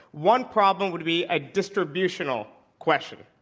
one problem would be a distributional question.